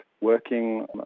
working